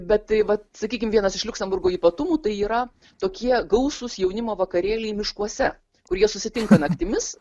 bet tai vat sakykim vienas iš liuksemburgo ypatumų tai yra tokie gausūs jaunimo vakarėliai miškuose kur jie susitinka naktimis